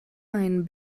einen